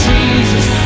Jesus